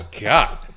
God